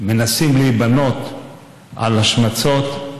מנסים להיבנות על השמצות.